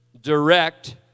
direct